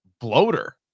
bloater